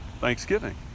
Thanksgiving